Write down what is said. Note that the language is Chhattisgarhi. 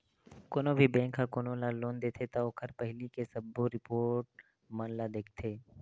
कोनो भी बेंक ह कोनो ल लोन देथे त ओखर पहिली के सबो रिपोट मन ल देखथे